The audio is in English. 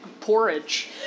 porridge